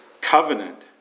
covenant